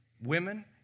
Women